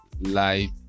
life